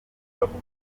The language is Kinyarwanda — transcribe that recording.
bakuru